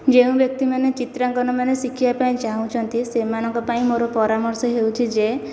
ଯେଉଁ ବ୍ୟକ୍ତିମାନେ ଚିତ୍ରାଙ୍କନ ମାନେ ଶିଖିବା ପାଇଁ ଚାହୁଁଛନ୍ତି ସେମାନଙ୍କ ପାଇଁ ମୋର ପରାମର୍ଶ ହେଉଛି ଯେ